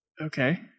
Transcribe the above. Okay